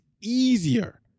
easier